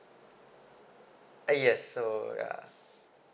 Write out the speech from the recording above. uh yes so yeah